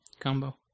Combo